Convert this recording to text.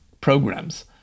programs